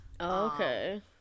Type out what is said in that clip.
okay